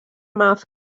math